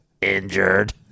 injured